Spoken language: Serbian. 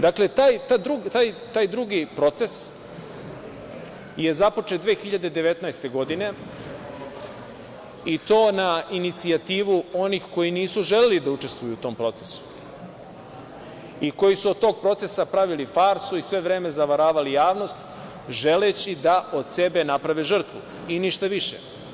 Dakle, taj drugi proces je započet 2019. godine i to na inicijativu onih koji nisu želeli da učestvuju u tom procesu i koji su od tog procesa pravili farsu i sve vreme zavaravali javnost želeći da od sebe naprave žrtvu i ništa više.